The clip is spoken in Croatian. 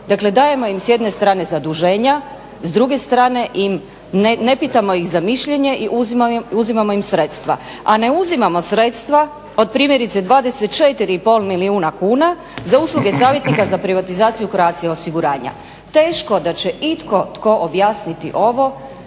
dakle dajemo im s jedne strane zaduženja, s druge strane im, ne pitamo ih za mišljenje i uzimamo im sredstva. A ne uzimamo sredstva od primjerice 24,5 milijuna kuna za usluge savjetnika za privatizaciju Croatia osiguranja. Teško da će itko tko objasniti ovo